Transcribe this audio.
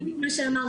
בדיוק מה שאמרתי,